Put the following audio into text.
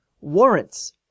warrants